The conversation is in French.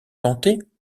tenter